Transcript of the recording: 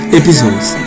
episodes